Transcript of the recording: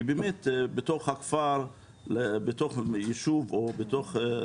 כי כשעובר כביש ראשי בתוך יישוב או קיבוץ